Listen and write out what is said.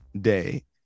day